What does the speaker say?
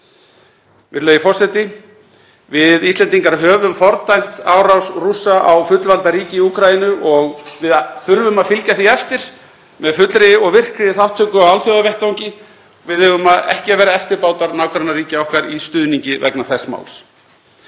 Virðulegi forseti. Við Íslendingar höfum fordæmt árás Rússa á fullvalda ríki í Úkraínu og við þurfum að fylgja því eftir með fullri og virkri þátttöku á alþjóðavettvangi. Við eigum ekki að vera eftirbátar nágrannaríkja okkar í stuðningi vegna þess máls.